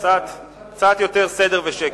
קצת יותר סדר ושקט.